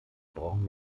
brauchen